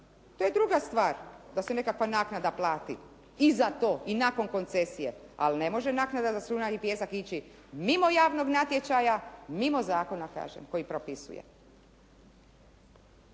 To je druga stvar, da se nekakva naknada plati i za to i nakon koncesije, ali ne može naknada za šljunak i pijesak ići mimo javnog natječaja, mimo zakona kaže koji propisuje.